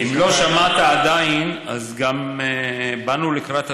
אם לא שמעת עדיין, אז גם באנו לקראת התושבים,